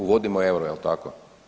Uvodimo euro jel' tako?